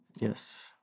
Yes